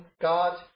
God